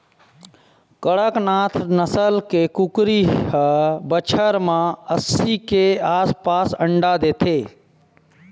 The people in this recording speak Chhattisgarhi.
कड़कनाथ नसल के कुकरी ह बछर म अस्सी के आसपास अंडा देथे